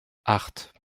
acht